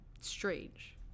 strange